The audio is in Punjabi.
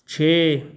ਛੇ